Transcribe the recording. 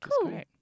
cool